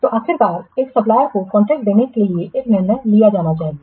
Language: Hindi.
तो आखिरकार एक सप्लायर्सको कॉन्ट्रैक्ट देने के लिए एक निर्णय लिया जाना चाहिए